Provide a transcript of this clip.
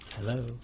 Hello